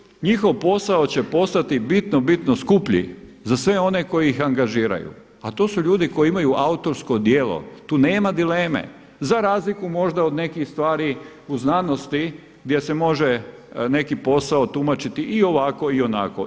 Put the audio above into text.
Prema tome, njihov posao će postati bitno, bitno skuplji za sve one koji ih angažiraju a to su ljudi koji imaju autorsko djelo, tu nema dileme za razliku možda od nekih stvari u znanosti gdje se može neki posao tumačiti i ovako i onako.